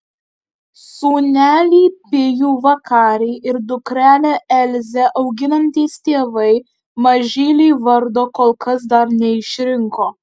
sūnelį pijų vakarį ir dukrelę elzę auginantys tėvai mažylei vardo kol kas dar neišrinko